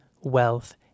wealth